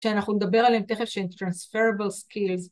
‫שאנחנו נדבר עליהם תכף, ‫שהם skills transferable.